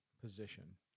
position